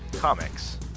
Comics